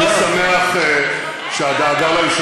אנחנו לא פינינו אף